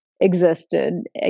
existed